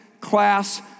class